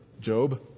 Job